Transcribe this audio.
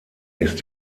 ist